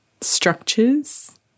structures